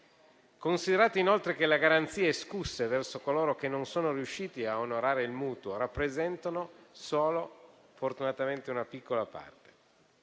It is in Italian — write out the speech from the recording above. Considerate inoltre che le garanzie escusse verso coloro che non sono riusciti a onorare il mutuo rappresentano solo, fortunatamente,